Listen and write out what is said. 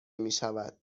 میشود